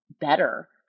better